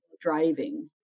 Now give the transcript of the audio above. driving